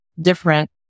different